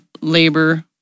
labor